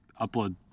upload